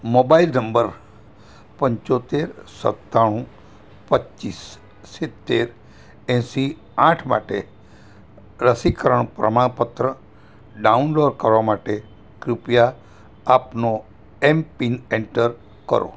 mobile number પંચોતેર સત્તાણું પચીસ સિત્તેર એંસી આઠ માટે રસીકરણ પ્રમાણપત્ર ડાઉનલોડ કરવા માટે કૃપયા આપનો એમપિન એન્ટર કરો